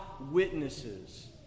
witnesses